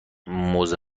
موزه